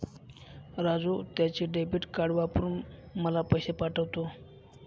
राजू त्याचे debit card वापरून मला पैसे पाठवतो